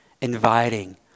inviting